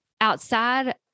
outside